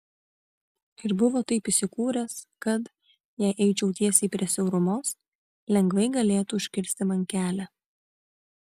ir buvo taip įsikūręs kad jei eičiau tiesiai prie siaurumos lengvai galėtų užkirsti man kelią